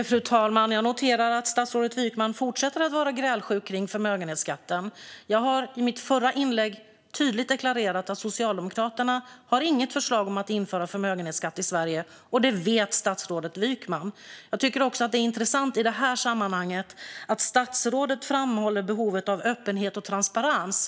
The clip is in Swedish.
Fru talman! Jag noterar att statsrådet Wykman fortsätter att vara grälsjuk kring förmögenhetsskatten. Jag deklarerade tydligt i mitt förra inlägg att Socialdemokraterna inte har något förslag om att införa förmögenhetsskatt i Sverige, och det vet statsrådet Wykman. Det är också intressant i det här sammanhanget att statsrådet framhåller behovet av öppenhet och transparens.